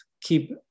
keep